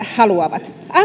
haluavat